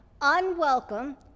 unwelcome